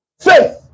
faith